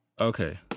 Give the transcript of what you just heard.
Okay